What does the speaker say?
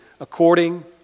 according